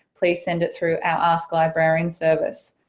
please send it through our ask a librarian service.